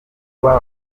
kuba